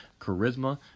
charisma